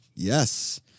Yes